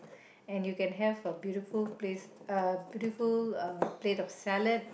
and you can have a beautiful place uh beautiful uh plate of salad